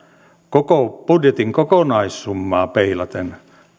koko budjetin kokonaissummaa peilaten